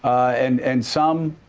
and and some